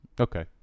okay